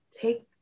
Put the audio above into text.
take